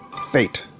fate